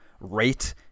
Rate